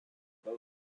both